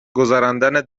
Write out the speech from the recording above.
گذراندن